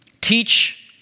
Teach